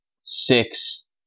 six